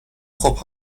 خوب